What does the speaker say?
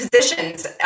positions